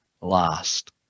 last